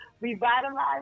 revitalize